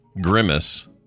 Grimace